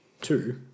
two